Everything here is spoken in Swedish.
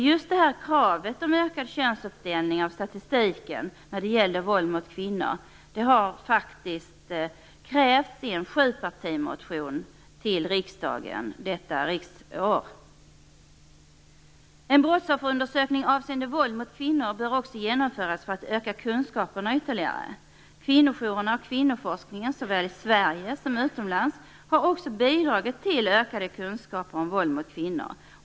Just kravet om ökad könsuppdelning av statistiken över våld mot kvinnor har faktiskt krävts i en sjupartimotion till riksdagen under detta riksdagsår. En brottsofferundersökning avseende våld mot kvinnor bör också genomföras för att öka kunskaperna ytterligare. Kvinnojourerna och kvinnoforskningen såväl i Sverige som utomlands har också bidragit till ökade kunskaper om våld mot kvinnor.